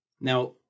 Now